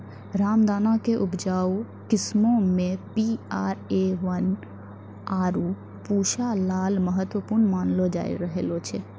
रामदाना के उपजाऊ किस्मो मे पी.आर.ए वन, आरु पूसा लाल महत्वपूर्ण मानलो जाय रहलो छै